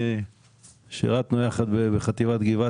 אנחנו שירתנו יחד בחטיבת גבעתי.